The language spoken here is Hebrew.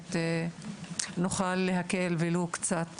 שבאמת נוכל, ולו במקצת,